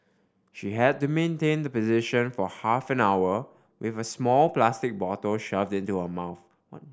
she had to maintain the position for half an hour with a small plastic bottle shoved into her mouth